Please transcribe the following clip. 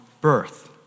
birth